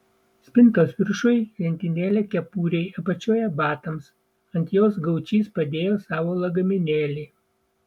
spintos viršuj lentynėlė kepurei apačioje batams ant jos gaučys padėjo savo lagaminėlį